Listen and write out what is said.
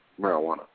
marijuana